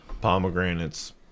Pomegranates